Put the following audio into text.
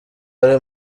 ari